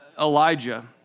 Elijah